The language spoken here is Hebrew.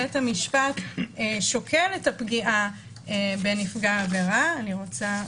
בית המשפט שוקל את הפגיעה בנפגע העבירה אני רוצה,